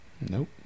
Nope